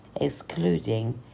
excluding